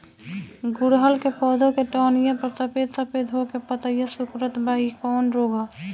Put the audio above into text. गुड़हल के पधौ के टहनियाँ पर सफेद सफेद हो के पतईया सुकुड़त बा इ कवन रोग ह?